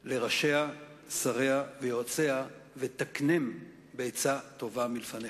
לראשיה, שריה ויועציה, ותקנם בעצה טובה מלפניך".